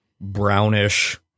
brownish